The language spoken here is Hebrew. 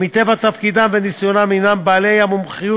שמטבע תפקידם וניסיונם הם בעלי המומחיות